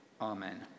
Amen